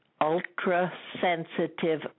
ultra-sensitive